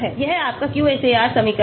यह आपका QSAR समीकरण है